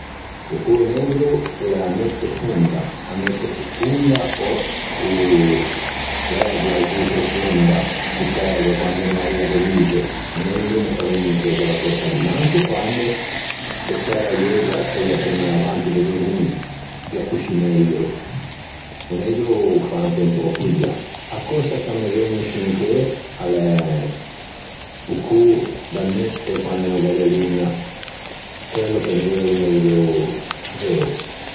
O cô neigro o l'é a neutte fonda a neutte profonda ò l'ægua zu profonda, sott'ægua quando no l'arria de luxe o neigro o me fa vegnî in cheu quella cösa lì ma anche quande se særa i euggi a-a seia primma, avanti de dormî gh'é coscì neigro. O neigro o fa anche un pö poia. A cösa ch'a me vëgne ciù in cheu a l'é o cô da neutte quande no gh'é de luña, quello pe mi o l'é o neigro veo.